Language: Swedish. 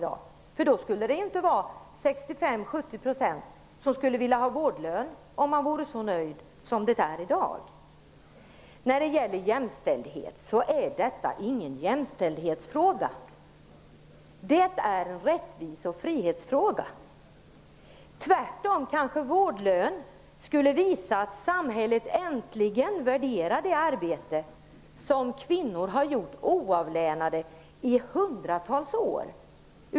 Då skulle det inte vara 65--70 % som vill ha vårdlön. Vårdnadsbidraget är ingen jämställdhetsfråga. Det är en rättvise och frihetsfråga. Vårdlön skulle kanske visa att samhället äntligen värderar det arbete som kvinnor oavlönat har utfört i hundratals år.